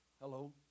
hello